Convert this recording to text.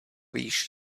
víš